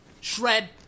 Shred